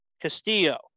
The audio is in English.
Castillo